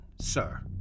sir